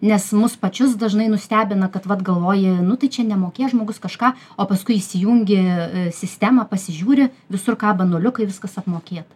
nes mus pačius dažnai nustebina kad vat galvoji nu tai čia nemokės žmogus kažką o paskui įsijungi sistemą pasižiūri visur kaba nuliukai viskas apmokėta